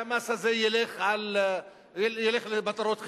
והמס הזה ילך למטרות חברתיות.